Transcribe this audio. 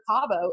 Cabo